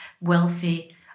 wealthy